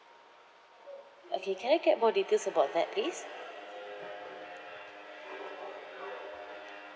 okay can I get more details about that please